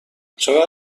چقدر